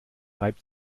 reibt